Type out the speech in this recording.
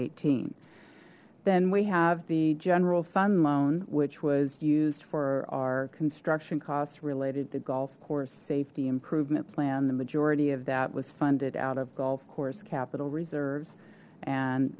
eighteen then we have the general fund loan which was used for our construction costs related to golf course safety improvement plan the majority of that was funded out of golf course capital reserves and